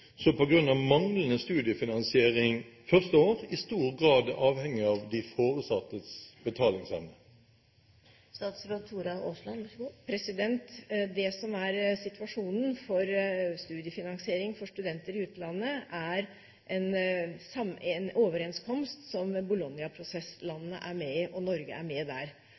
manglende studiefinansiering første år i stor grad er avhengig av de foresattes betalingsevne? Det som er situasjonen for studiefinansiering for studenter i utlandet, er en overenskomst som Bologna-prosesslandene er med i, og Norge er med der.